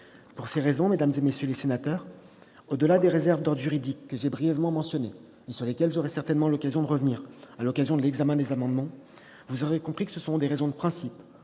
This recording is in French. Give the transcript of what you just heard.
projets de loi. Mesdames, messieurs les sénateurs, au-delà des réserves d'ordre juridique que j'ai brièvement mentionnées et sur lesquelles j'aurai l'occasion de revenir lors de l'examen des amendements, vous aurez compris que ce sont des raisons de principe,